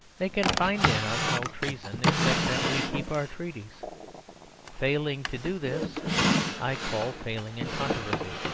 they can find in us no treason except that we keep our treaties failing to do this i call failing in controversy.